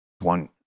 One